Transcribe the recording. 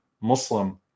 Muslim